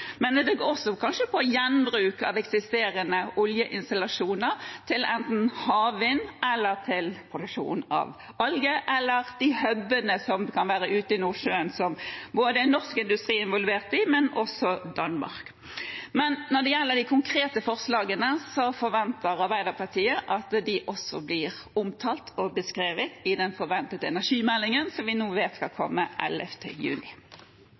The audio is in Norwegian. Det kan kanskje også være gjenbruk av eksisterende oljeinstallasjoner til enten havvind eller produksjon av alger, eller de hubene som kan være ute i Nordsjøen, hvor norsk og dansk industri er involvert. Når det gjelder de konkrete forslagene, forventer Arbeiderpartiet at de også blir omtalt og beskrevet i den forventede energimeldingen, som vi nå vet skal komme den 11. juni.